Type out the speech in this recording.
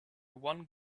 one